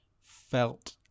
felt